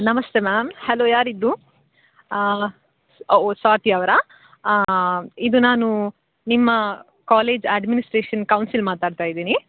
ನಮಸ್ತೆ ma'am hello ಯಾರಿದು ಸ್ವಾತಿ ಅವರಾ ಇದು ನಾನು ನಿಮ್ಮ ಕಾಲೇಜ್ ಅಡ್ಮಿನಿಸ್ಟ್ರೇಷನ್ ಕೌನ್ಸಿಲ್ ಮಾತಾಡ್ತಾ ಇದ್ದೀನಿ